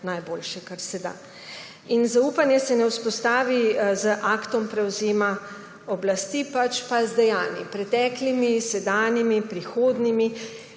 najboljše, kar se da. Zaupanje se ne vzpostavi z aktom prevzema oblasti, pač pa z dejanji, preteklimi, sedanjimi in prihodnimi.